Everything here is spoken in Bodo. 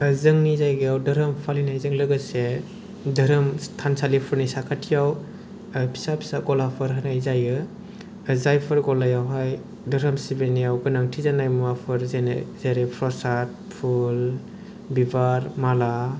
जोंनि जायगायाव धोरोम फालिनायजों लोगोसे धोरोम थानसालिफोरनि साखाथियाव फिसा फिसा ग'लाफोर होनाय जायो जायफोर ग'लायावहाय धोरोम सिबिनायाव गोनांथि जानाय जेरै प्रसाद फुल बिबार माला